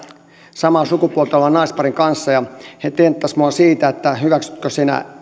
samaa sukupuolta olevan naisparin kanssa ja he tenttasivat minua siitä että hyväksytkö sinä